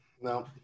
No